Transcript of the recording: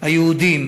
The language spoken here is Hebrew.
היהודים